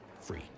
free